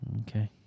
Okay